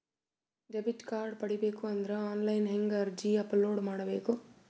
Debit card ಪಡಿಬೇಕು ಅಂದ್ರ online ಹೆಂಗ್ ಅರ್ಜಿ ಅಪಲೊಡ ಮಾಡಬೇಕು?